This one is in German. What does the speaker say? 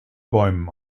bäumen